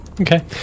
Okay